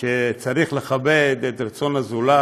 שצריך לכבד את רצון הזולת?